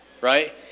right